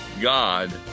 God